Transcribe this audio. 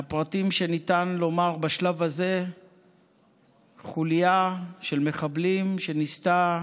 מהפרטים שניתן לומר בשלב הזה חוליה של מחבלים שניסתה